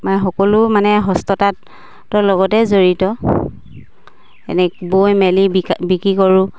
মানে সকলো মানে হস্ততাঁতৰ লগতে জড়িত এনে বৈ মেলি বিকা বিকি কৰোঁ